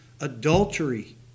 Adultery